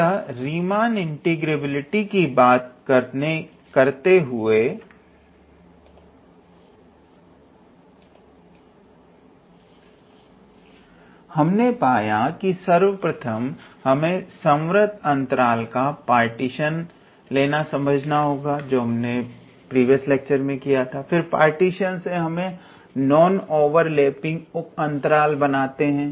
अतः Riemann integrability की बात करते हुए हमने पाया कि सर्वप्रथम हमें संवृत अंतराल का पार्टीशन लेना समझना होता है फिर पार्टीशन से हम नॉन ओवरलैपिंग उप अंतराल बनाते हैं